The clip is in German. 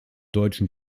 deutschen